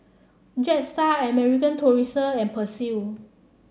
Jetstar American Tourister and Persil